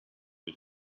but